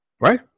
Right